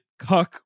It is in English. cuck